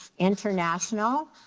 international